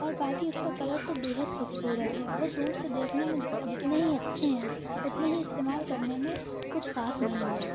اور باقی اس کا کلر تو بے حد خوبصورت ہے وہ دور سے دیکھنے میں جتنے ہی اچھے ہیں اتنے ہی استعمال کرنے میں کچھ خاص نہیں ہیں